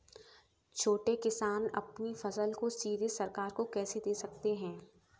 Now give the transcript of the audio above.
छोटे किसान अपनी फसल को सीधे सरकार को कैसे दे सकते हैं?